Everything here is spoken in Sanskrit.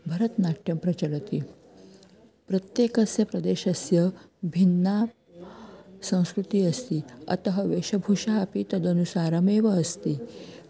भरतनाट्यं प्रचलति प्रत्येकस्य प्रदेशस्य भिन्ना संस्कृतिः अस्ति अतः वेशभूषा अपि तदनुसारमेव अस्ति